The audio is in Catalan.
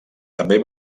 també